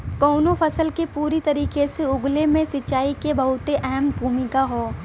कउनो फसल के पूरी तरीके से उगले मे सिंचाई के बहुते अहम भूमिका हौ